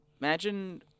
Imagine